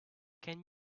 can